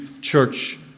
church